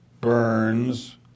Burns